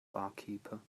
barkeeper